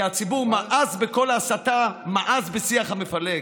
כי הציבור מאס בכל ההסתה, מאס בשיח המפלג.